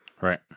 Right